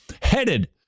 headed